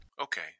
Okay